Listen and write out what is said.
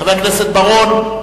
חבר הכנסת בר-און,